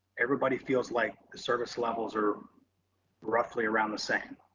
everybody feels like the service levels are roughly around the same,